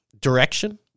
direction